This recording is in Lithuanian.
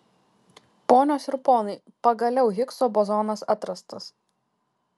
ponios ir ponai pagaliau higso bozonas atrastas